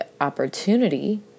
opportunity